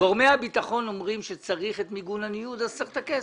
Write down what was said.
גורמי הביטחון אומרים שצריך את מיגון הניוד - אז צריך את הכסף.